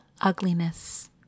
ugliness